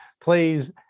Please